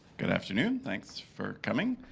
good afternoon. thanks for coming.